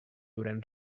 llorenç